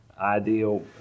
ideal